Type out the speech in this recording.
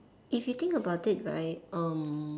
if you think about it right um